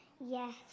yes